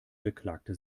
beklagte